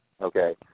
okay